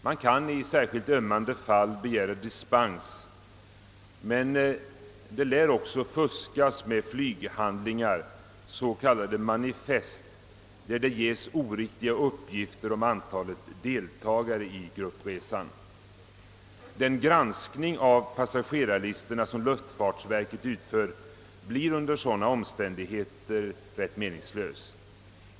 Man kan i särskilt ömmande fall begära dispens, men det lär också fuskas med flyghandlingar, s.k, manifest, där det ges oriktiga uppgifter om antalet deltagare i gruppresan,. Den granskning av passagerarlistorna som luftfartsverket utför blir under sådana omständigheter rätt meningslös.